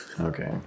Okay